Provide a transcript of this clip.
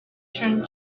turn